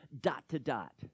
dot-to-dot